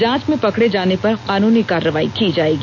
जांच में पकड़े जाने पर कानूनी कार्रवाई की जाएगी